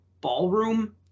ballroom